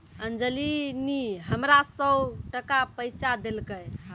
अंजली नी हमरा सौ टका पैंचा देलकै